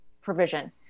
provision